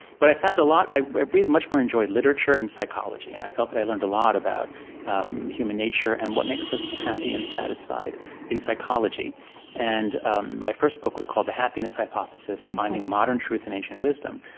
but i found a lot i really much more enjoyed literature and psychology. and i felt that i learned a lot about um human nature and what makes us happy and satisfied in psychology and um my first book was called the happiness hypothesis finding modern truth in ancient wisdom.